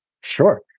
sure